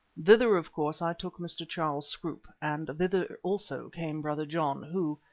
thither of course i took mr. charles scroope, and thither also came brother john who,